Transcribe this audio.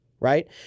Right